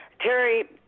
Terry